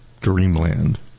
Dreamland